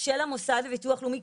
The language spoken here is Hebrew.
של המוסד לביטוח לאומי,